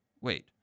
Wait